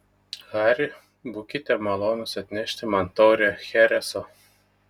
hari būkite malonus atnešti man taurę chereso